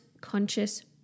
conscious